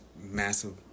massive